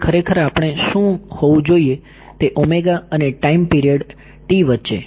તેથી આપણે ખરેખર શું જોવું જોઈએ તે અને ટાઈમ પિરિયડ વચ્ચે